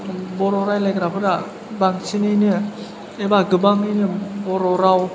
बर' रायज्लायग्राफोरा बांसिनैनो एबा गोबाङैनो बर' राव